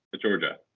Georgia